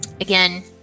again